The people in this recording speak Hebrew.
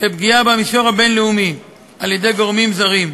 אף לפגיעה במישור הבין-לאומי על-ידי גורמים זרים,